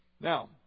Now